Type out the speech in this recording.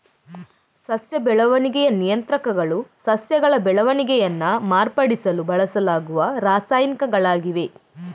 ಸಸ್ಯ ಬೆಳವಣಿಗೆಯ ನಿಯಂತ್ರಕಗಳು ಸಸ್ಯಗಳ ಬೆಳವಣಿಗೆಯನ್ನ ಮಾರ್ಪಡಿಸಲು ಬಳಸಲಾಗುವ ರಾಸಾಯನಿಕಗಳಾಗಿವೆ